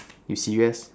you serious